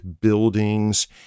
buildings